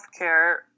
healthcare